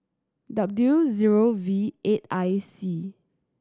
W zero V eight I C